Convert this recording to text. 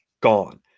gone